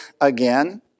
again